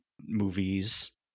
movies